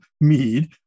mead